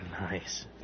Nice